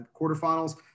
quarterfinals